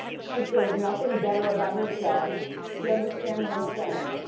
she feels nothing better about herself. do you understand what i'm saying?